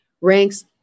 ranks